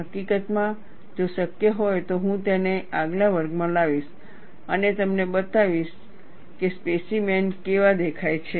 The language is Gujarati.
હકીકતમાં જો શક્ય હોય તો હું તેને આગલા વર્ગમાં લાવીશ અને તમને બતાવીશ કે સ્પેસીમેન ઓ કેવા દેખાય છે